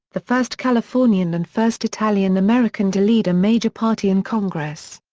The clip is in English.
the first californian and first italian-american to lead a major party in congress.